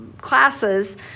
classes